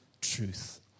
truth